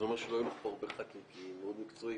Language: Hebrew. זה אומר שלא יהיו לך פה הרבה ח"כים כי היא מאוד מקצועית,